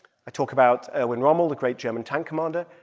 i talk about erwin rommel, the great german tank commander.